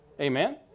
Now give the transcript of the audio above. Amen